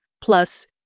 plus